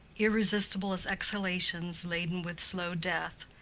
irresistible as exhalations laden with slow death,